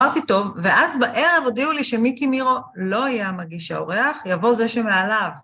קראתי טוב, ואז בערב הודיעו לי שמיקי מירו לא יהיה המגיש האורח, יבוא זה שמעליו.